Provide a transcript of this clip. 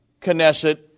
Knesset